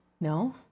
No